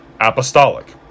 apostolic